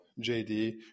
JD